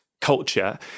culture